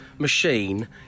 Machine